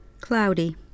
Cloudy